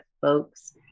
folks